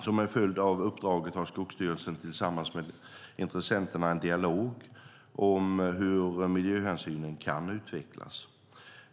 Som en följd av uppdraget har Skogsstyrelsen tillsammans med intressenterna en dialog om hur miljöhänsynen kan utvecklas.